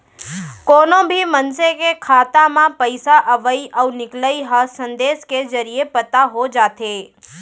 कोनो भी मनसे के खाता म पइसा अवइ अउ निकलई ह संदेस के जरिये पता हो जाथे